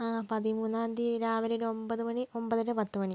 ആ പതിമൂന്നാം തിയതി രാവിലെ ഒരു ഒൻപത് മണി ഒൻപത് അര പത്ത് മണി